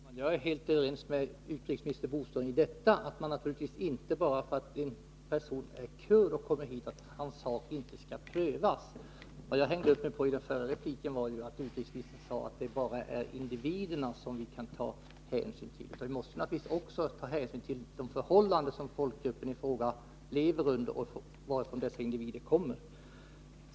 Herr talman! Jag är helt överens med utrikesminister Bodström om att man naturligtvis inte bara för att en person är kurd och kommer hit kan säga att hans sak inte skall prövas. Vad jag hängde upp mig på var att utrikesministern sade att det bara är individerna som vi kan ta hänsyn till. Vi måste naturligtvis också ta hänsyn till de förhållanden som folkgruppen i fråga lever under och varifrån dessa individer kommer.